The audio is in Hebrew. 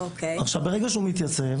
עכשיו ברגע שהוא מתייצב